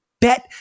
bet